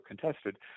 contested